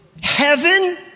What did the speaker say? heaven